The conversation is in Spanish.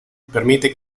permite